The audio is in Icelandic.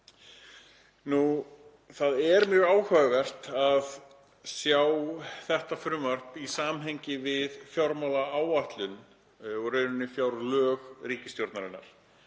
Það er mjög áhugavert að sjá þetta frumvarp í samhengi við fjármálaáætlun og fjárlög ríkisstjórnarinnar